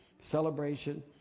celebration